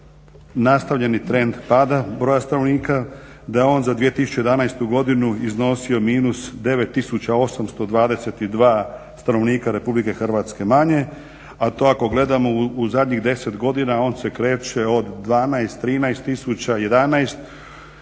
nastavljeni trend pada broja stanovnika, da je on za 2011. godinu iznosio minus 9 822 stanovnika RH manje, a to ako gledamo u zadnjih 10 godina on se kreće od 12, 13,